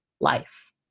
life